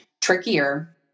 trickier